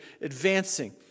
advancing